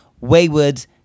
wayward